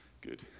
Good